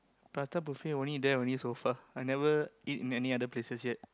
prata buffet only there only so far I never eat in any other places yet